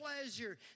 pleasure